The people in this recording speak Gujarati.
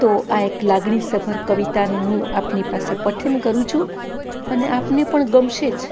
તો આ એક લાગણીસભર કવિતાનું હું આપની પાસે પઠન કરું છું અને આપને પણ ગમશે જ